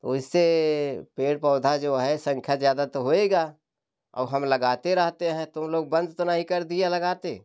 वोइसे पेड़ पौधा जो है संख्या ज्यादा तो होगा औ हम लगाते रहते हैं तुम लोग बंद तो नहीं कर दिया लगाते